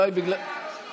אני רוצה לענות לו.